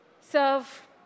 Serve